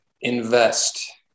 invest